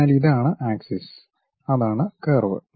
അതിനാൽ ഇതാണ് ആക്സിസ് അതാണ് കർവ്